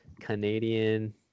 Canadian